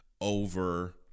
over